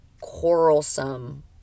quarrelsome